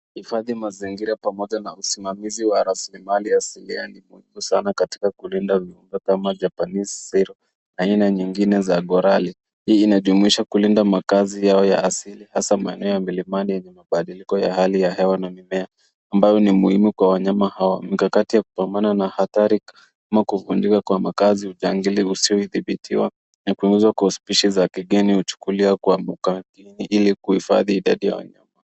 Hifadhi mazingira pamoja na usimamizi wa rasilimali asilia ni muhimu sana katika kulinda viumbe kama japanese serow na aina nyingine za gorali. Hii inajumuisha kulinda makazi yao ya asili hasa maeneo ya milimani na mabadiliko ya hali ya hewa na mimea ambayo ni muhimu kwa wanyama hawa. Mikakati ya kupambana na hatari ama kubuniwa kwa makazi, ujangili usiodhibitiwa na kuisha kwa spishi za kigeni huchukuliwa kwa makaunti ili kuhifadhi idadi ya wanyama.